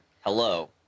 Hello –